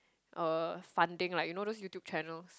uh something like you know those YouTube channels